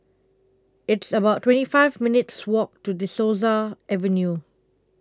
It's about twenty five minutes' Walk to De Souza Avenue